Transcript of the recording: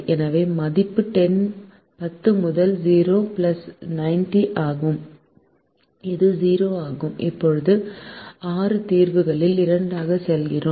எனவே மதிப்பு 10 முதல் 0 9 0 ஆகும் இது 0 ஆகும் இப்போது ஆறு தீர்வுகளில் இரண்டாவதாக செல்கிறோம்